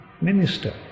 minister